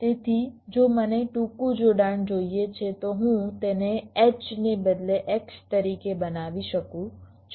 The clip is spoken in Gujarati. તેથી જો મને ટૂંકુ જોડાણ જોઈએ છે તો હું તેને H ને બદલે X તરીકે બનાવી શકું છું